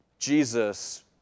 Jesus